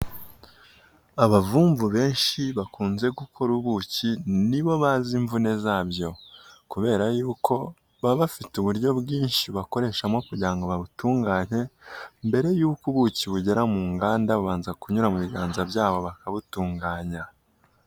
Abavumvu benshi bakunze gukora ubuki nibo bazi imvune zabyo, kubera yuko baba bafite uburyo bwinshi bakoreshamo kugira ngo babutunganye, mbere y'uko ubuki bugera mu nganda bubanza kunyura mu biganza byabo bakabutunganya.